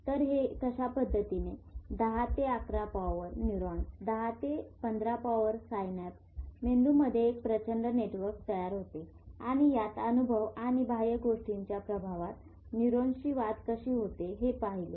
तर हे कशा पध्दतीने 10 to 11 power neurons 10 to 15 power synapses ज्यामुळे मेंदूमध्ये एक प्रचंड नेटवर्क तयार होते आणि यात अनुभव आणि बाह्य गोष्टींच्या प्रभावात नुरोन्स ची वाढ कशी होते हे पहिले